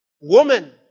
woman